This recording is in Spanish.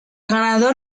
ganador